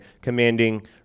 commanding